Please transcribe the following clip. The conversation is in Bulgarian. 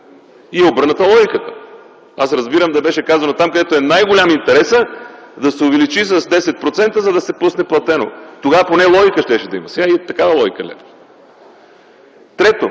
и е обърната логиката. Аз разбирам там да беше казано: там, където е най-голям интересът, да се увеличи с 10%, за да се пусне платено. Тогава поне логика щеше да има. Сега